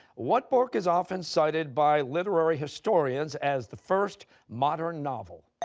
what book is often cited by literary historians as the first modern novel?